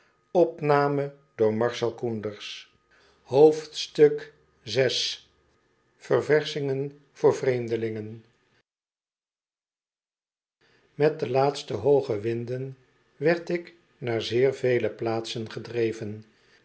vellveeschingek voor vreemdelingen met de laatste hooge winden werd ik naar zeer vele plaatsen gedreven